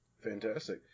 Fantastic